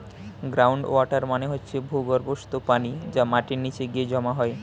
ground water মানে হচ্ছে ভূগর্ভস্থ পানি যা মাটির নিচে গিয়ে জমা হয়